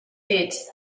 dits